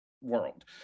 world